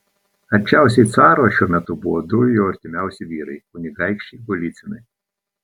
arčiausiai caro šiuo metu buvo du jo artimiausi vyrai kunigaikščiai golycinai